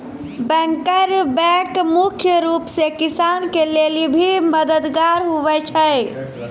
banker bank मुख्य रूप से किसान के लेली भी मददगार हुवै छै